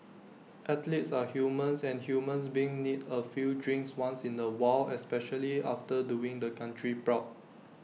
athletes are humans and humans beings need A few drinks once in A while especially after doing the country proud